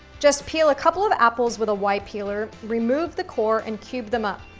just peel a couple of apples with a y peeler, remove the core, and cube them up.